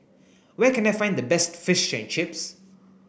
where can I find the best Fish and Chips